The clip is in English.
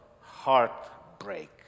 heartbreak